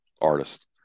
artist